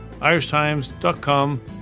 irishtimes.com